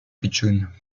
pitchoun